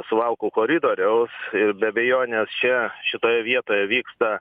suvalkų koridoriaus ir be abejonės čia šitoje vietoje vyksta